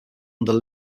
under